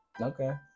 Okay